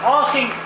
asking